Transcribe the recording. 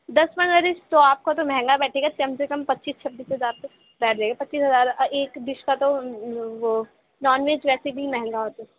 دس پندرہ ڈش تو آپ کو تو مہنگا بیٹھے گا کم سے کم پچیس چھبیس ہزار تک بیٹھ جائے گا پچیس ہزار ایک ڈش کا تو وہ نان ویج ویسے بھی مہنگا ہوتا ہے